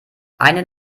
einen